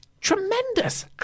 tremendous